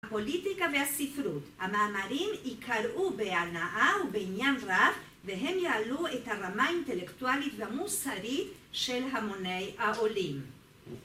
הפוליטיקה והספרות. המאמרים יקראו בהנאה ובעניין רב, והם יעלו את הרמה האינטלקטואלית והמוסרית של המוני העולים.